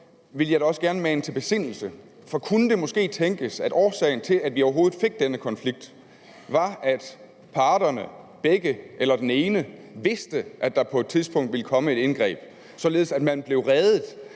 vil jeg da også gerne mane til besindelse, for det kunne måske tænkes, at årsagen til, at vi overhovedet fik denne konflikt, var, at parterne – begge eller den ene – vidste, at der på et tidspunkt ville komme et indgreb, således at man blev reddet